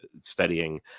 studying